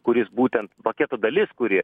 kuris būtent paketo dalis kuri